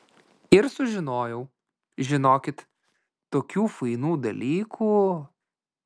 ir sužinojau žinokit tokių fainų dalykų